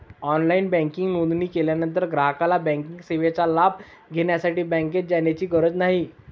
online banking नोंदणी केल्यानंतर ग्राहकाला बँकिंग सेवेचा लाभ घेण्यासाठी बँकेत जाण्याची गरज नाही